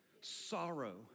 Sorrow